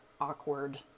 awkward